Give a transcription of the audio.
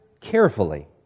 carefully